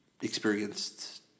experienced